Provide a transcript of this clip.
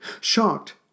Shocked